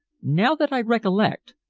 now that i recollect,